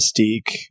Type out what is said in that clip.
Mystique